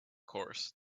course